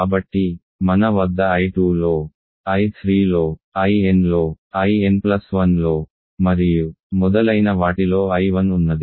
కాబట్టి మన వద్ద I2లో I3లో In లో In1 లో మరియు మొదలైన వాటిలో I1 ఉన్నది